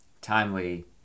timely